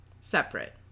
separate